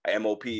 MOP